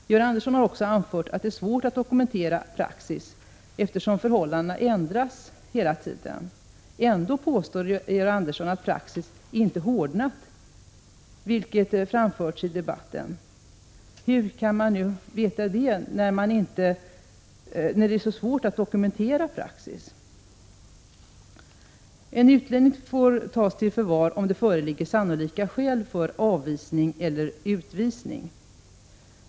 Georg Andersson har också anfört att det är svårt att dokumentera praxis, eftersom förhållandena ändras hela tiden. Ändå påstår han att praxis inte hårdnat, vilket framförts i debatten. Hur kan man veta det när det är så svårt att dokumentera praxis? En utlänning får tas till förvar om det föreligger sannolika skäl för avvisning eller utvisning.